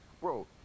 bro